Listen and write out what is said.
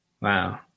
Wow